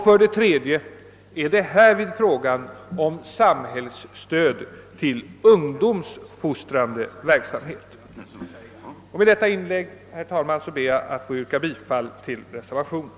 För det tredje är det härvid fråga om samhällsstöd till ungdomsfostrande verksamhet. Med detta inlägg, herr talman, ber Jag att få yrka bifall till reservationen.